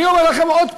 אני אומר לכם עוד פעם: